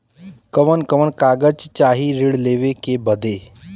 कवन कवन कागज चाही ऋण लेवे बदे?